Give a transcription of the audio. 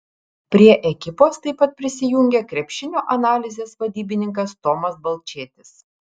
prie ekipos taip pat prisijungė krepšinio analizės vadybininkas tomas balčėtis